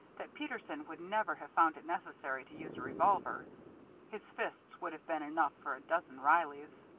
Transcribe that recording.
that peterson would never have found it necessary to use a revolver his fists would have been enough for a dozen reillys.